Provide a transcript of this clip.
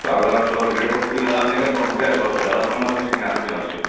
तो अगर आप थोड़ा रेट ओट सही लगा लेंगे तो हम क्या है थोड़ा सा ज़्यादा सामान ले लेंगे आपके यहाँ से